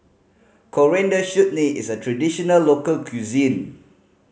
Coriander Chutney is a traditional local cuisine